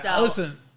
listen